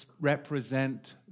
represent